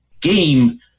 game